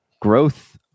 growth